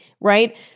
right